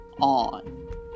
On